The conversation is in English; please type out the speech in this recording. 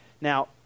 Now